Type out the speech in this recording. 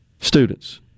students